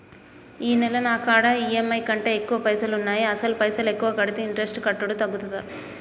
ఈ నెల నా కాడా ఈ.ఎమ్.ఐ కంటే ఎక్కువ పైసల్ ఉన్నాయి అసలు పైసల్ ఎక్కువ కడితే ఇంట్రెస్ట్ కట్టుడు తగ్గుతదా?